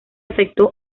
afectó